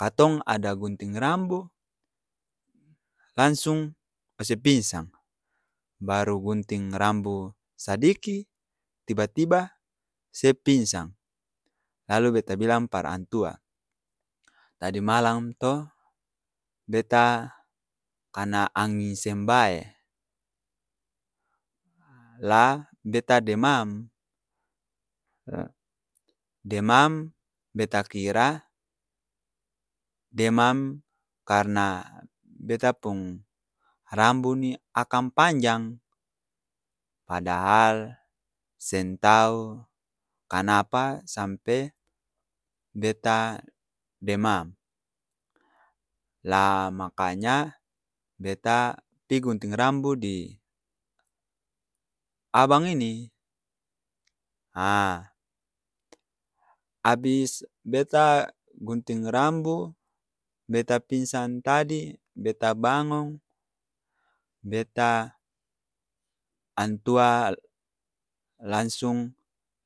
Katong ada gunting rambo langsung ose pingsang, baru gunting rambu sadiki, tiba-tiba se pingsang lalu beta bilang par antua, tadi malam'ng to, beta kana anging seng bae, la beta demam, demam beta kira demam karna beta pung rambu ni akang panjang, padahal seng tau kanapa sampe beta demam? La maka nya beta pi gunting rambu di abang ini! Aa abis beta gunting rambu, beta pingsang tadi beta bangong, beta antua langsung